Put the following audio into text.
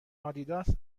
آدیداس